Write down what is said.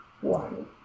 one